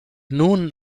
nun